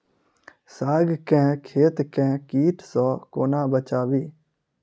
साग केँ खेत केँ कीट सऽ कोना बचाबी?